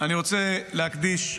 אני רוצה להקדיש,